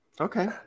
Okay